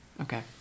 Okay